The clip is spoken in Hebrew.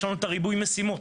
יש לנו ריבוי משימות,